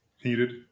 heated